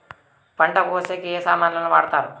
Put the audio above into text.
పంట కోసేకి ఏమి సామాన్లు వాడుతారు?